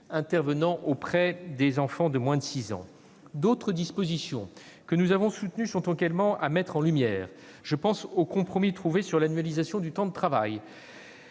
intervenant auprès des enfants de moins de 6 ans. D'autres dispositions, que nous avons soutenues, doivent également être mises en lumière. Je pense aux compromis trouvés sur l'annualisation du temps de travail,